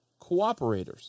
cooperators